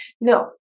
No